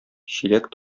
чиләк